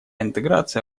интеграция